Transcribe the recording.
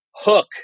Hook